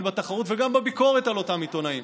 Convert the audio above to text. בתחרות וגם בביקורת על אותם עיתונאים.